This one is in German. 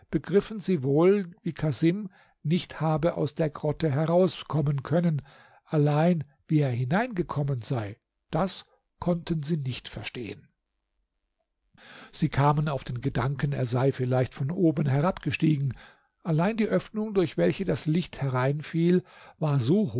begriffen sie wohl wie casim nicht habe aus der grotte herauskommen können allein wie er hineingekommen sei das konnten sie nicht verstehen sie kamen auf den gedanken er sei vielleicht von oben herabgestiegen allein die öffnung durch welche das licht hereinfiel war so